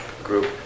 group